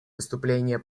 выступления